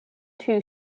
two